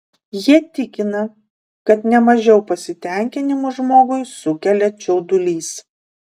jie tikina kad ne mažiau pasitenkinimo žmogui sukelia čiaudulys